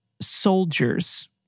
soldiers